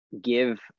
give